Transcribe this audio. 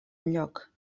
enlloc